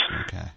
Okay